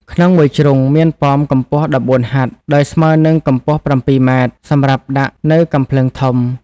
ក្នុងមួយជ្រុងមានប៉មកម្ពស់ ១៤ហត្ថ ដោយស្មើនិងកម្ពស់ ៧ម៉ែត្រ សម្រាប់ដាក់នៅកាំភ្លើងធំ ។